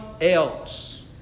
else